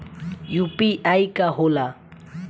UPI का होला?